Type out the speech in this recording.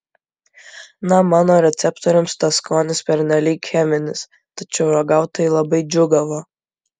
na mano receptoriams tas skonis pernelyg cheminis tačiau ragautojai labai džiūgavo